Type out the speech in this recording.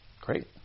great